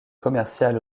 commercial